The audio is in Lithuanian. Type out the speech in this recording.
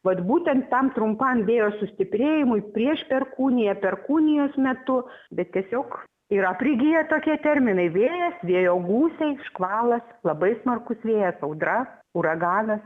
vat būtent tam trumpam vėjo sustiprėjimui prieš perkūniją perkūnijos metu bet tiesiog yra prigiję tokie terminai vėjas vėjo gūsiai škvalas labai smarkus vėjas audra uraganas